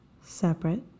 separate